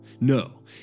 No